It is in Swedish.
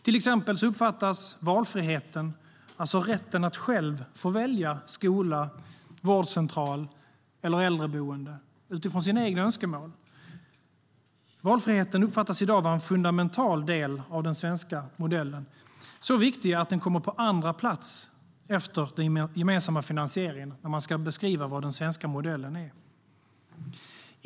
Till exempel uppfattas valfriheten, alltså rätten att själv få välja skola, vårdcentral eller äldreboende utifrån egna önskemål, i dag vara en fundamental del av den svenska modellen och så viktig att den kommer på andra plats efter den gemensamma finansieringen när man ska beskriva vad den svenska modellen är.